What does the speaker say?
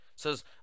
says